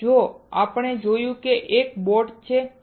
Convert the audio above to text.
હવે આપણે જોયું કે એક બોટ છે